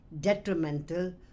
detrimental